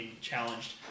challenged